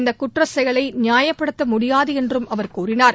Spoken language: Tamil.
இந்த குற்ற செயலை நியாயப்படுத்த முடியாது என்றும் அவர் கூறினார்